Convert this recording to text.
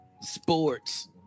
Sports